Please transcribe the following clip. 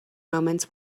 moments